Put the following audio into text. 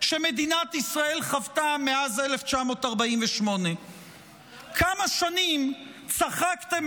שמדינת ישראל חוותה מאז 1948. כמה שנים צחקתם